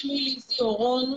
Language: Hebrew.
שמי ליזי אורון,